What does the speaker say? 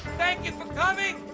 thank you for coming.